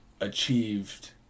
achieved